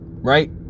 right